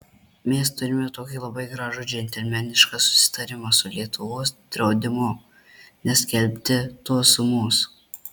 mes turime tokį labai gražų džentelmenišką susitarimą su lietuvos draudimu neskelbti tos sumos